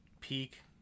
peak